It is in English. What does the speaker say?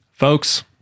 Folks